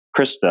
Krista